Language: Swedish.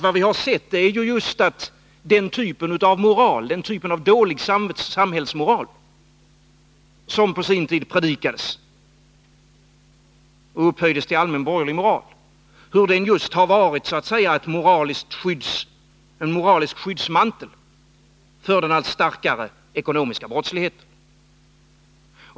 Vad vi har sett är ju just hur den typen av dålig samhällsmoral, som på sin tid predikades och upphöjdes till allmän borgerlig moral, har varit så att säga en moralisk skyddsmantel för den allt starkare ekonomiska brottsligheten.